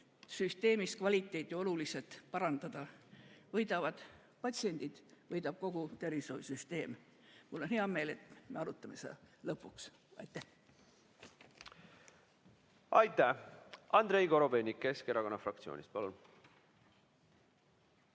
meditsiinisüsteemis kvaliteeti oluliselt parandada. Võidavad patsiendid, võidab kogu tervishoiusüsteem. Mul on hea meel, et me arutame seda lõpuks. Aitäh! Aitäh! Andrei Korobeinik Keskerakonna fraktsioonist, palun!